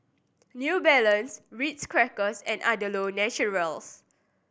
New Balance Ritz Crackers and Andalou Naturals